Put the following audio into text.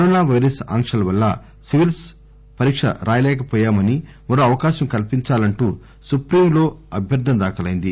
corona virus ఆంక్షల వల్ల civils పరీక్ష రాయలేకపోయామని మరో అవకాశం కల్పించాలంటూ సుప్రీంలో అభ్యర్థన దాఖలైంది